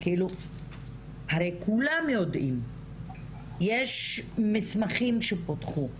שהממשלה הייתה די משותקת,